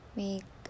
make